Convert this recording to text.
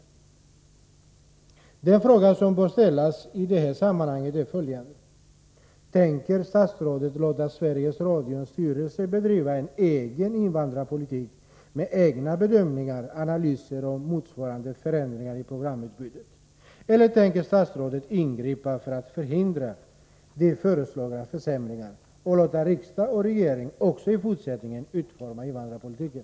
Följande fråga bör ställas i sammanhanget: Tänker statsrådet låta Sveriges Radios styrelse bedriva en egen invandrarpolitik med egna bedömningar, analyser och motsvarande förändringar i programutbudet, eller tänker statsrådet ingripa för att förhindra de föreslagna försämringarna och också i fortsättningen låta riksdag och regering utforma invandrarpolitiken?